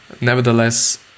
Nevertheless